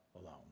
alone